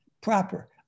proper